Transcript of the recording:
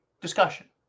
discussion